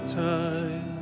time